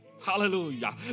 Hallelujah